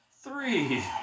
Three